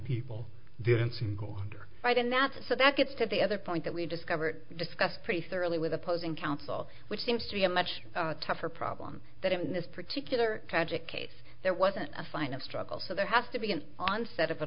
single right and that's so that gets to the other point that we discovered discussed pretty thoroughly with opposing counsel which seems to be a much tougher problem that in this particular tragic case there wasn't a sign of struggle so there has to be an onset of an